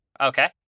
Okay